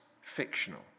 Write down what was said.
fictional